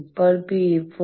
ഇപ്പോൾ 4